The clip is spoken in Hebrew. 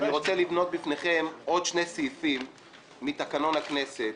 אני רוצה --- בפניכם עוד שני סעיפים מתקנון הכנסת.